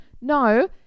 No